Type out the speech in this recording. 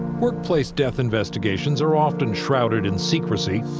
workplace death investigations are often shrouded in secrecy.